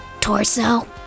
Torso